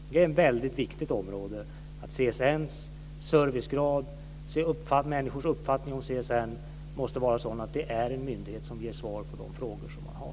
Det är väldigt viktigt att människor uppfattar CSN som en myndighet som ger svar på de frågor som man har.